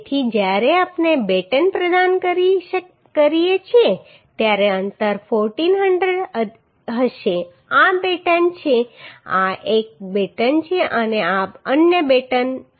તેથી જ્યારે આપણે બેટન પ્રદાન કરીએ છીએ ત્યારે અંતર 1400 હશે આ બેટન છે આ એક બેટન છે અને આ અન્ય બેટન છે